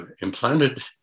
implanted